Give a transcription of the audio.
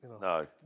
No